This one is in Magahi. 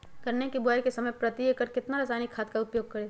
गन्ने की बुवाई के समय प्रति एकड़ कितना रासायनिक खाद का उपयोग करें?